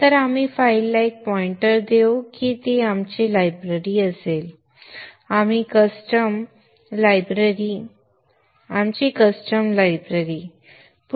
तर आपण फाईलला एक पॉइंटर देऊ की ती आमची लायब्ररी असेल आपण कस्टम लायब्ररी